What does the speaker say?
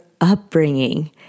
upbringing